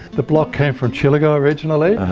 the block came from chilligo originally.